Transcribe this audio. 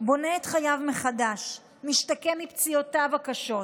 בונה את חייו מחדש ומשתקם מפציעותיו הקשות,